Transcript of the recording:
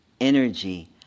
energy